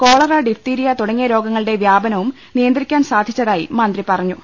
cholera diphtheria തുട ങ്ങിയ രോഗങ്ങളുടെ വ്യാപനവും നിയന്ത്രിക്കാൻ സാധിച്ച തായി മന്ത്രി പറഞ്ഞു